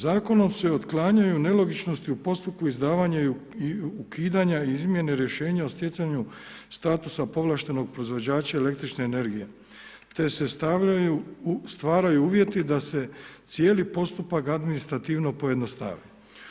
Zakonom se otklanjaju nelogičnosti u postupku izdavanja i ukidanja izmjene rješenja o stjecanju statusa povlaštenog proizvođača električne energije te se stvaraju uvjeti da se cijeli postupak administrativno pojednostavi.